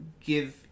give